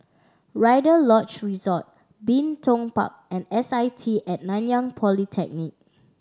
Rider Lodge Resort Bin Tong Park and S I T At Nanyang Polytechnic